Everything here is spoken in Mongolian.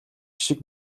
шиг